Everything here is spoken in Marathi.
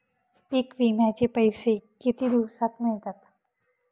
पीक विम्याचे पैसे किती दिवसात मिळतात?